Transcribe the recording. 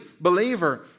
believer